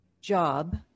job